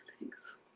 Thanks